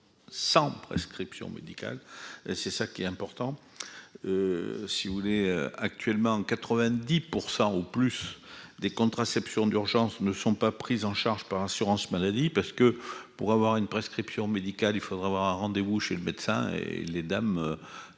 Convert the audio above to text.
sans prescription médicale, c'est ça qui est important, si vous voulez actuellement 90 % ou plus des contraceptions d'urgence ne sont pas pris en charge par l'assurance maladie, parce que pour avoir une prescription médicale, il faudrait avoir un rendez vous chez le médecin et les dames